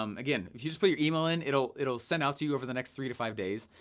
um again, if you just put your email in, it'll it'll send out to you over the next three to five days.